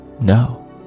No